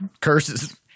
Curses